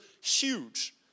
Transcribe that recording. huge